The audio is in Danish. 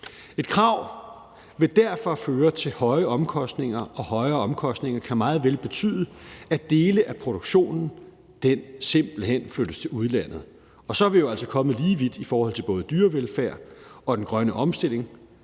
Det krav vil derfor føre til højere omkostninger, og højere omkostninger kan meget vel betyde, at dele af produktionen simpelt hen flyttes til udlandet, og så er vi jo altså kommet lige vidt i forhold til både dyrevelfærd og den grønne omstilling,